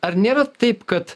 ar nėra taip kad